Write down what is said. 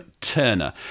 Turner